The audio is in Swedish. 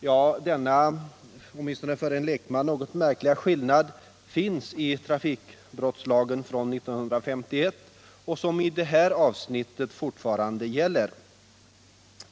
Ja, denna åtminstone för en lekman något märkliga skillnad finns i trafikbrottslagen från 1951, som i det här avsnittet fortfarande gäller.